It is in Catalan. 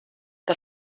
que